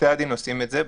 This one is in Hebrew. שבתי-הדין עושים את זה,